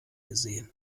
gesehen